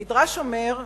המדרש אומר: